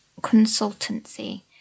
Consultancy